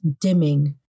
dimming